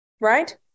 right